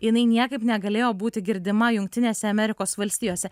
jinai niekaip negalėjo būti girdima jungtinėse amerikos valstijose